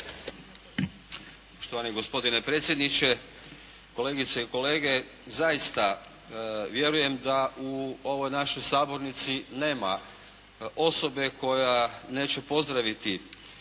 Poštovani gospodine predsjedniče, kolegice i kolege. Zaista vjerujem da u ovoj našoj sabornici nema osobe koja neće pozdraviti